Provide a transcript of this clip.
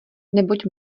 neboť